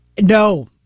No